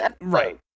Right